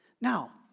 Now